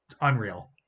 Unreal